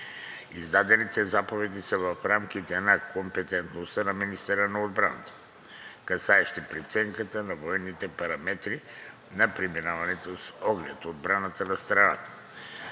Издадените заповеди са в рамките на компетентността на министъра на отбраната, касаещи преценката на военните параметри на преминаването с оглед на отбраната на страната.